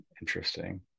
interesting